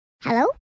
Hello